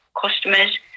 customers